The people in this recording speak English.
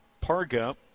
Parga